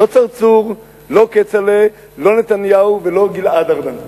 לא צרצור, לא כצל'ה, לא נתניהו ולא גלעד ארדן.